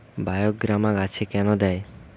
বায়োগ্রামা গাছে কেন দেয়?